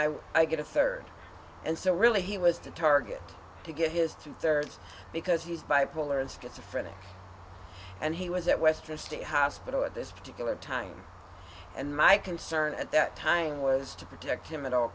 would i get a third and so really he was to target to get his two thirds because he's bipolar and schizophrenia and he was at western state hospital at this particular time and my concern at that time was to protect him at all